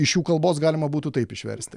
iš jų kalbos galima būtų taip išversti